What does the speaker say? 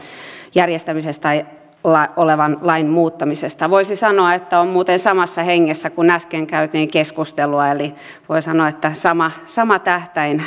järjestämisestä olevan lain muuttamisesta voisi sanoa että on muuten samassa hengessä kuin äsken käytiin keskustelua eli voi sanoa että sama sama tähtäin